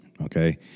okay